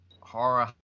horror